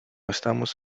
estamos